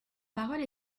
parole